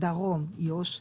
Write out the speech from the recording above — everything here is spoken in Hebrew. בדרום ויהודה ושומרון,